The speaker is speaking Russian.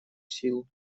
силу